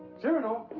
cyrano!